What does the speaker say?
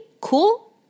Cool